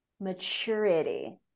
maturity